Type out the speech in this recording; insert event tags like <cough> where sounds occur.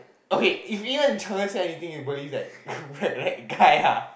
okay if you and Cheng say anything you believe that what <laughs> that guy ah